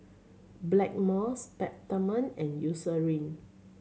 Blackmores Peptamen and Eucerin